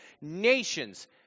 nations